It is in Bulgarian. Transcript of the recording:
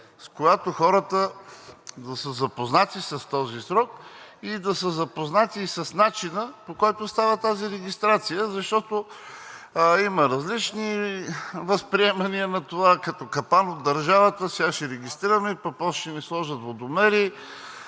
– хората да са запознати с този срок, да са запознати и с начина, по който става регистрацията. Защото има различни възприемания на това – като капан от държавата, сега ще регистрираме, пък после ще ни сложат водомери,